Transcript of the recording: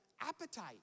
appetite